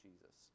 jesus